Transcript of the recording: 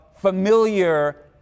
Familiar